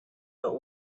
but